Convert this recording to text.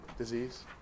disease